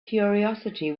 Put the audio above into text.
curiosity